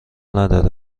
ندارد